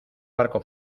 barco